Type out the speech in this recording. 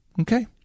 Okay